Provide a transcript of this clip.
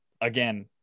again